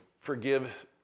forgive